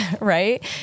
right